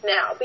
Now